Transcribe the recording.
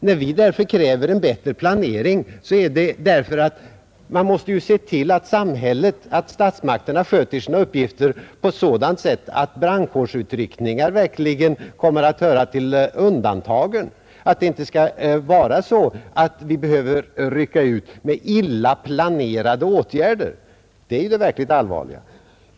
När vi därför kräver en bättre planering är det för att man måste se till att statsmakterna sköter sina uppgifter på sådant sätt att brandkårsutryckningar kommer att höra till undantagen, att det inte skall vara så att vi behöver rycka ut med illa planerade åtgärder. Det är det verkligt allvarliga.